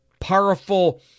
powerful